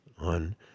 on